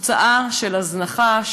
תוצאה של הזנחה,